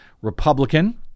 Republican